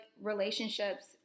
relationships